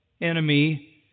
enemy